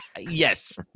Yes